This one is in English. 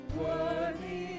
worthy